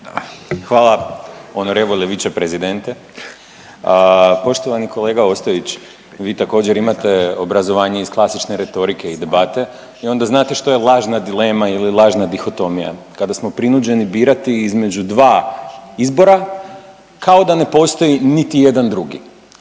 talijanski, ne razumije se./… Poštovani kolega Ostojić, vi također imate obrazovanje iz klasične retorike i debate i onda znate što je lažna dilema ili lažna dihotomija. Kada smo prinuđeni birati između dva izbora kao da ne postoji niti jedan drugi.